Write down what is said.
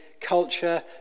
culture